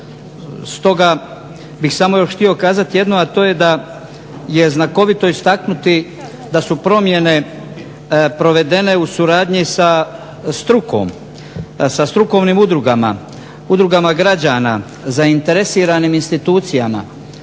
Stoga bih samo još htio kazati jedno, a to je da je znakovito istaknuti da su promjene provedene u suradnji sa strukom, sa strukovnim udrugama, udrugama građana, zainteresiranim institucijama.